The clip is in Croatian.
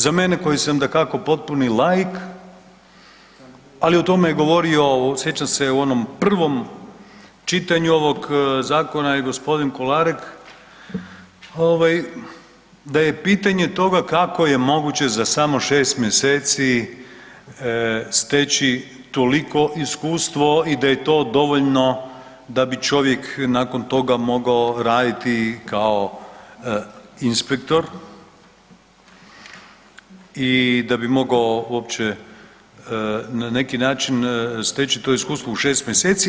Za mene koji sam dakako potpuni laik, ali o tome je govorio sjećam se u onom prvom čitanju ovog zakona je g. Kolarek ovaj da je pitanje toga kako je moguće za samo 6. mjeseci steći toliko iskustvo i da je to dovoljno da bi čovjek nakon toga mogao raditi kao inspektor i da bi mogao uopće na neki način steći to iskustvo u 6. mjeseci.